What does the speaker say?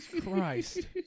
christ